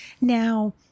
now